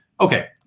Okay